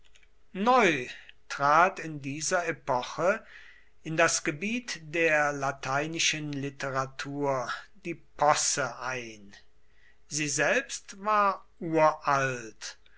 neu trat in dieser epoche in das gebiet der lateinischen literatur die posse ein sie selbst war uralt